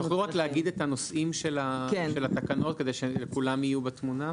תוכלו רק להגיד את הנושאים של התקנות כדי שכולם יהיו בתמונה?